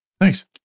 Nice